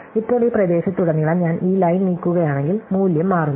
ഇപ്പോൾ ഈ പ്രദേശത്തുടനീളം ഞാൻ ഈ ലൈൻ നീക്കുകയാണെങ്കിൽ മൂല്യം മാറുന്നു